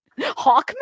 Hawkman